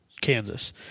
Kansas